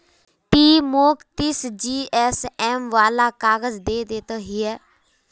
ती मौक तीस जीएसएम वाला काग़ज़ दे ते हैय्